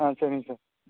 ஆ சரிங்க சார்